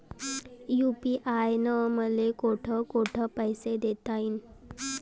UPI न मले कोठ कोठ पैसे देता येईन?